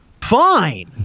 fine